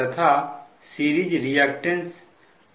तथा series reactance 1puहै